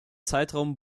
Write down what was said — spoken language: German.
zeitraum